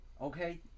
okay